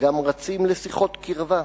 גם רצים לשיחות קרבה.